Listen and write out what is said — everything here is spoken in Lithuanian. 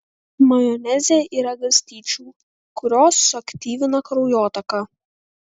majoneze yra garstyčių kurios suaktyvina kraujotaką